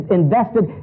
invested